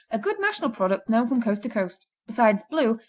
a good national product known from coast to coast. besides blue,